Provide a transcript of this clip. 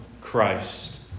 Christ